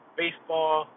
baseball